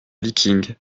vikings